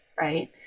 Right